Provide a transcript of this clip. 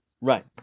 Right